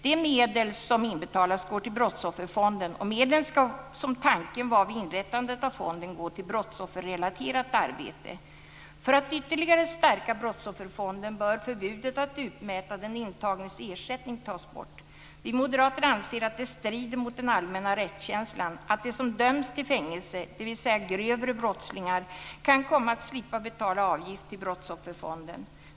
De medel som inbetalas går till Brottsofferfonden, och medlen ska som tanken var vid inrättandet av fonden gå till brottsofferrelaterat arbete. För att ytterligare stärka brottsofferfonden bör förbudet att utmäta den intagnes ersättning tas bort. Vi moderater anser att det strider mot den allmänna rättskänslan att de som döms till fängelse, dvs. grövre brottslingar, kan komma att slippa betala avgift till Brottsofferfonden.